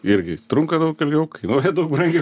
irgi trunka daug ilgiau kainuoja daug brangiau